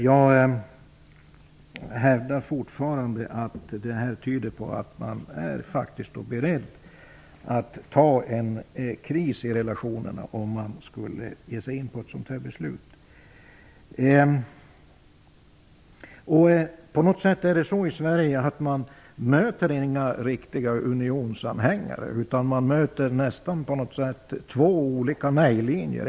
Jag vidhåller att detta tyder på att man faktiskt är beredd att ta en kris i relationerna om man skulle ge sig in på ett sådant här beslut. På något sätt är det så i Sverige att man inte möter några riktiga unionsanhängare. Snarare möter man på något sätt två olika nej-linjer.